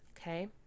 Okay